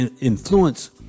influence